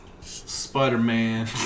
Spider-Man